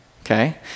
Okay